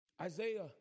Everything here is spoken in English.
Isaiah